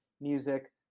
music